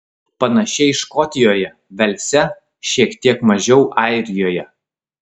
panašiai škotijoje velse šiek tiek mažiau airijoje